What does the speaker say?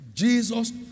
Jesus